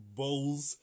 bowls